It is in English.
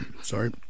Sorry